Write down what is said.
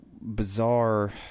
bizarre